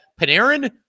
Panarin